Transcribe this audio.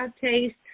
taste